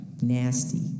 Nasty